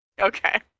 okay